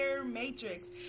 matrix